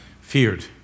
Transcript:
feared